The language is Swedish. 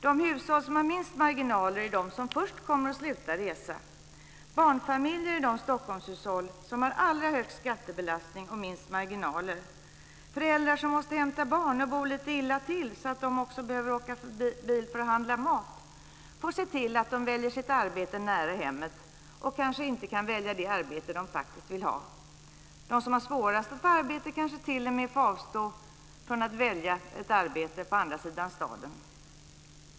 De hushåll som har minst marginaler är de som först kommer att sluta resa. Barnfamiljer är de Stockholmshushåll som har allra högst skattebelastning och minst marginaler. Föräldrar som måste hämta barn och bor lite illa till så att de också behöver åka bil för att handla mat får se till att de väljer sitt arbete nära hemmet och kanske inte kan välja det arbete de faktiskt vill ha. De som har svårast att få arbete kanske till och med får avstå från att välja ett arbete på andra sidan staden.